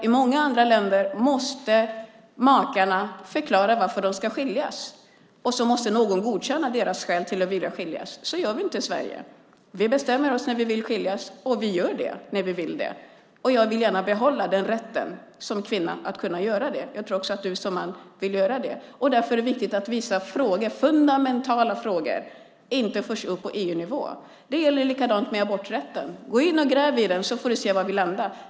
I många andra länder måste makarna förklara varför de ska skiljas, och så måste någon godkänna deras skäl. Så gör vi inte i Sverige. Vi bestämmer när vi vill skiljas och gör det när vi vill det. Jag som kvinna vill gärna behålla den rätten. Jag tror också att du som man vill det. Därför är det viktigt att vissa fundamentala frågor inte förs upp på EU-nivå. Det är likadant med aborträtten. Gå in och gräv i den så får du se var vi landar.